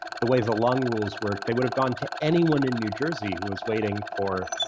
the way the lung rules worked, they would have gone to anyone in new jersey who was waiting for